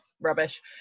rubbish